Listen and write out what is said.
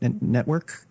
network